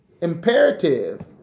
imperative